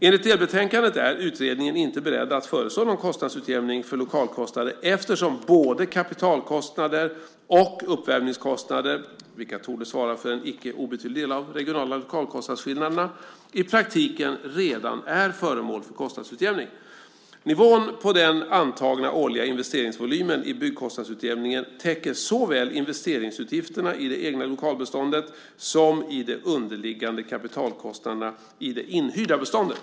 Enligt delbetänkandet är utredningen inte beredd att föreslå någon kostnadsutjämning för lokalkostnader eftersom både kapitalkostnader och uppvärmningskostnader, vilka torde svara för en icke obetydlig del av de regionala lokalkostnadsskillnaderna, i praktiken redan är föremål för kostnadsutjämning. Nivån på den antagna årliga investeringsvolymen i byggkostnadsutjämningen täcker såväl investeringsutgifterna i det egna lokalbeståndet som de underliggande kapitalkostnaderna i det inhyrda beståndet.